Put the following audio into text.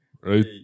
Right